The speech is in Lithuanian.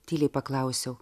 tyliai paklausiau